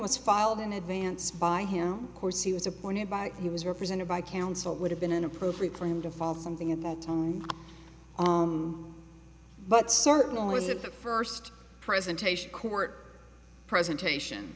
was filed in advance by him course he was appointed by he was represented by counsel would have been inappropriate for him to fall something in the tone but certainly the first presentation court presentation